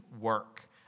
work